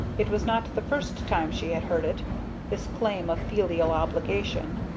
it was not the first time she had heard it this claim of filial obligation.